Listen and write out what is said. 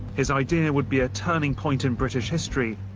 his idea would be a turning point in british history.